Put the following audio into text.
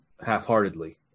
half-heartedly